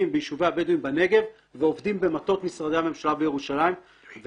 ביישובי הבדואים בנגב ועובדים במטות משרדי הממשלה בירושלים.